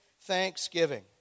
thanksgiving